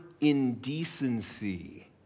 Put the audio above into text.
indecency